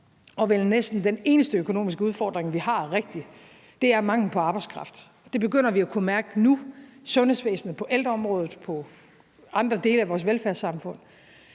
og vel næsten den eneste økonomiske udfordring, vi rigtig har – er manglen på arbejdskraft. Det begynder vi at kunne mærke nu i sundhedsvæsenet, på ældreområdet og i andre dele af vores velfærdssamfund.